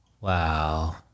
Wow